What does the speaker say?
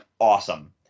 Awesome